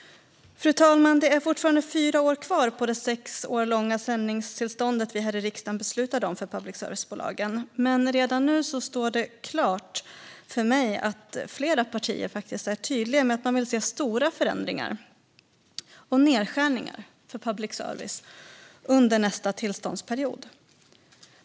Fru talman! Det är fortfarande fyra år kvar på det sex år långa sändningstillståndet vi här i riksdagen beslutade om för public service-bolagen. Men redan nu står det klart för mig att flera partier faktiskt är tydliga med att man vill se stora förändringar och nedskärningar för public service under nästa tillståndsperiod.